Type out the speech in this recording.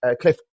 cliff